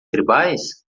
tribais